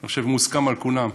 אשר מוסכם על כולם.